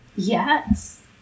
Yes